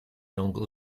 langues